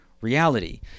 reality